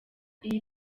iyi